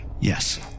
Yes